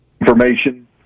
Information